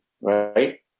right